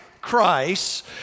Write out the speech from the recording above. Christ